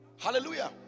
hallelujah